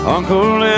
Uncle